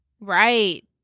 Right